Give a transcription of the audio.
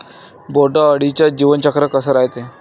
बोंड अळीचं जीवनचक्र कस रायते?